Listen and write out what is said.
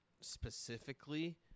specifically